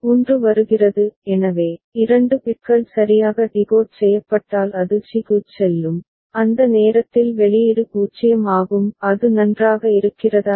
1 வருகிறது எனவே 2 பிட்கள் சரியாக டிகோட் செய்யப்பட்டால் அது சி க்குச் செல்லும் அந்த நேரத்தில் வெளியீடு 0 ஆகும் அது நன்றாக இருக்கிறதா